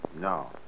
No